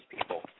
people